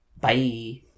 Bye